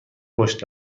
پشت